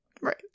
right